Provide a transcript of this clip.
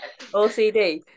OCD